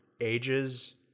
ages